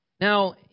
Now